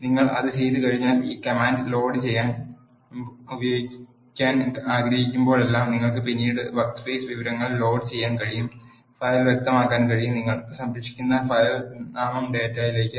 നിങ്ങൾ അത് ചെയ്തുകഴിഞ്ഞാൽ ഈ കമാൻഡ് ലോഡ് ഉപയോഗിക്കാൻ ആഗ്രഹിക്കുമ്പോഴെല്ലാം നിങ്ങൾക്ക് പിന്നീട് വർക്ക്സ്പേസ് വിവരങ്ങൾ ലോഡ് ചെയ്യാൻ കഴിയും ഫയൽ വ്യക്തമാക്കാൻ കഴിയും നിങ്ങൾ സംരക്ഷിക്കുന്ന ഫയൽ നാമം ഡാറ്റയിലേക്ക്